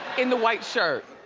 in the white shirt.